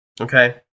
okay